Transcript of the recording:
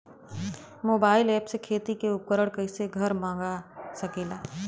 Mobile ऐपसे खेती के उपकरण कइसे घर मगा सकीला?